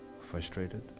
frustrated